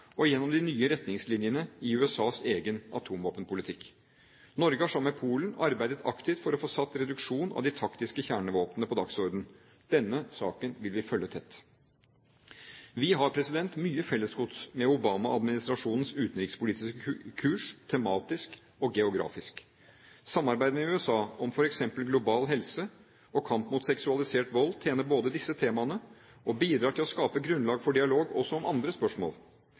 og gjennom de nye retningslinjene i USAs egen atomvåpenpolitikk. Norge har sammen med Polen arbeidet aktivt for å få satt reduksjon av de taktiske kjernevåpen på dagsordenen. Denne saken vil vi følge tett. Vi har mye fellesgods med Obama-administrasjonens utenrikspolitiske kurs – tematisk og geografisk. Samarbeidet med USA om f.eks. global helse og kamp mot seksualisert vold både tjener disse temaene og bidrar til å skape grunnlag for dialog også om andre spørsmål.